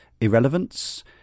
irrelevance